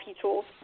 tools